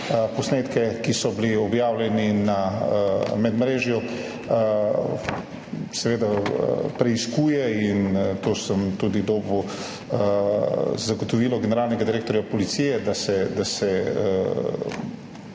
posnetke, ki so bili objavljeni na medmrežju, seveda preiskuje. O to sem dobil tudi zagotovilo generalnega direktorja policije, da se